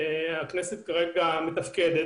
כרגע יש כנסת מתפקדת,